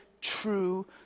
true